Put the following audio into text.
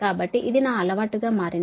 కాబట్టి ఇది నా అలవాటుగా మారింది